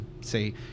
say